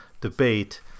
debate